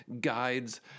guides